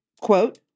quote